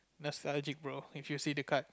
nostalgic bro if you see the card